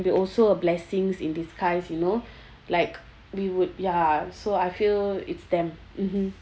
be also a blessings in disguise you know like we would ya so I feel it's them mmhmm